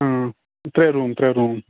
ترٛےٚ روٗم ترٛےٚ روٗم